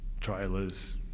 trailers